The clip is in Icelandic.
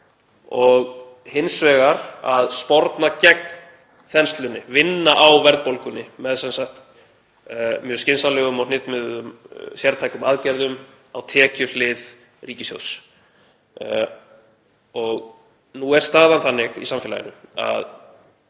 og hins vegar að sporna gegn þenslunni og vinna á verðbólgunni með mjög skynsamlegum og hnitmiðuðum sértækum aðgerðum á tekjuhlið ríkissjóðs. Nú er staðan þannig í samfélaginu að